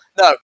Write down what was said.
no